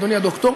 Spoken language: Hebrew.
אדוני הדוקטור,